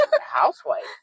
housewife